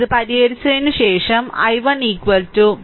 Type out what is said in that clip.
ഇത് പരിഹരിച്ചതിന് ശേഷം I1 7